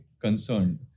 concerned